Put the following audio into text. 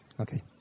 Okay